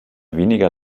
weniger